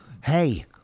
hey